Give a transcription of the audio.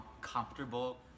Comfortable